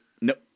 Nope